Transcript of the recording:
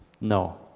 No